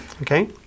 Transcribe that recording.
Okay